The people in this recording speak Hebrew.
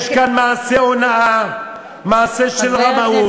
יש כאן מעשה הונאה, מעשה של רמאות.